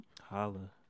Holla